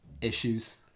issues